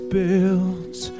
built